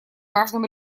важном